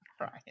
right